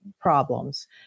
problems